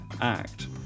act